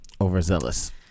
Overzealous